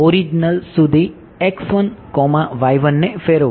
origin સુધી ને ફેરવવું